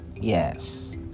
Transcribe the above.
yes